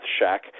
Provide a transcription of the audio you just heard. shack